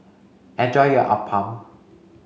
enjoy your Appam